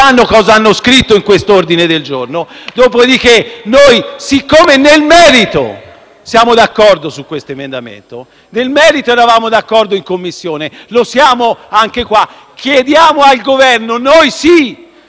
sanno cosa hanno scritto in questo ordine del giorno. Dopodiché, siccome nel merito siamo d'accordo sull'emendamento originario, nel merito eravamo d'accordo in Commissione e lo siamo anche in questa sede, chiediamo al Governo - noi sì